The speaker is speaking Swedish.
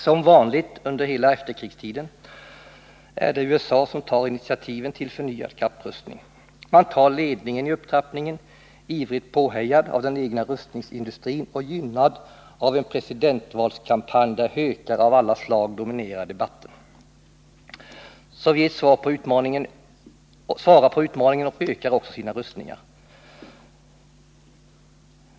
Som vanligt under hela efterkrigstiden är det USA som tar initiativen till förnyad kapprustning. Man tar ledningen i upptrappningen, ivrigt påhejad av den egna rustningsindustrin och gynnad av en presidentvalskampanj, där hökar av alla slag dominerar debatten. Sovjet svarar på utmaningen och ökar också sina rustningar.